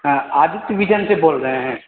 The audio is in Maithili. हँ आदित्य विजन से बोल रहे है